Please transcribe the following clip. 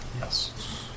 Yes